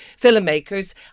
filmmakers